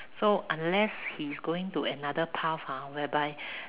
so unless he's going to another path ha whereby